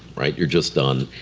right. you're just done.